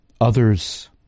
Others